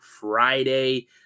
Friday